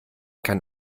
kann